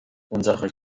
unsere